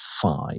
five